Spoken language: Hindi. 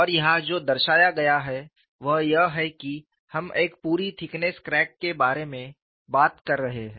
और यहाँ जो दर्शाया गया है वह यह है कि हम एक पूरी थिकनेस क्रैक के बारे में बात कर रहे हैं